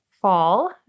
fall